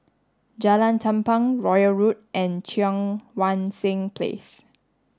Jalan Tumpu Royal Road and Cheang Wan Seng Place